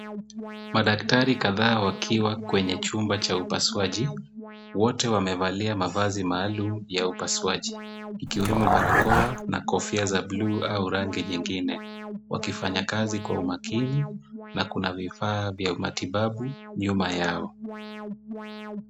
Madaktari kadhaa wakiwa kwenye chumba cha upasuaji. Wote wamevalia mavazi maalum ya upasuaji ikiwemo barakoa na kofia za buluu au rangi nyingine wakifanya kazi kwa umakini na kuna vifaa vya umatibabu nyuma yao.